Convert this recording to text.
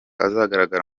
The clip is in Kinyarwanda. azagaragara